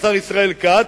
השר ישראל כץ,